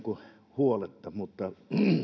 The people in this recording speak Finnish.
huoletta mutta